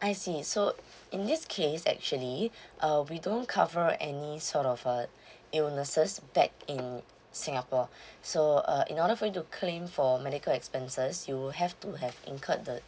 I see so in this case actually uh we don't cover any sort of uh illnesses back in singapore so uh in order for you to claim for medical expenses you have to have incurred the